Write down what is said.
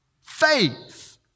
Faith